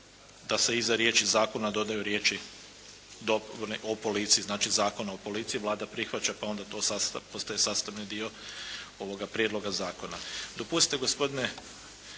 da se iza riječi "zakona", dodaju riječi "dopune o policiji", znači Zakona o policiji, Vlada prihvaća pa onda to postaje sastavini dio ovoga Prijedloga zakona.